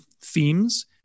themes